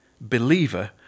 believer